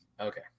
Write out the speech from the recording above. okay